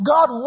God